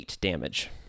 damage